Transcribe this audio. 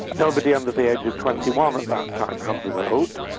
nobody under the age of twenty one at that time had the vote.